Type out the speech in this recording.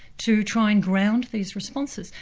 to try and ground these responses.